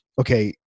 okay